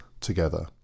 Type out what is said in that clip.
together